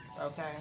Okay